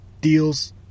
deals